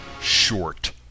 short